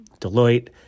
Deloitte